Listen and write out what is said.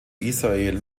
israel